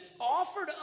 offered